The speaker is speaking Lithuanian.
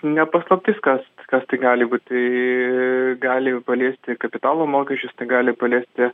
ne paslaptis kas kas tai gali būti gali paliesti kapitalo mokesčius tai gali paliesti